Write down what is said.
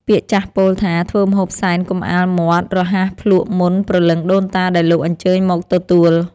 ពាក្យចាស់ពោលថា ធ្វើម្ហូបសែនកុំអាលមាត់រហ័សភ្លក្សមុនព្រលឹងដូនតាដែលលោកអញ្ជើញមកទទួល។